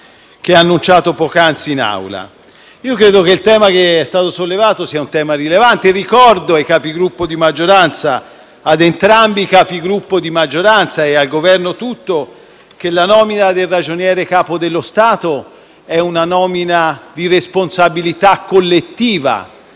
che ha annunciato poc'anzi in Aula. Credo che il tema sollevato sia rilevante e ricordo ai Capigruppo di maggioranza - ad entrambi i Capigruppo di maggioranza - e al Governo tutto che la nomina del Ragioniere capo dello Stato è una nomina di responsabilità collettiva: